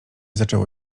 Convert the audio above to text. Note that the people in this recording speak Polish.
zaczęło